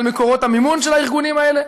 על מקורות המימון של הארגונים האלה,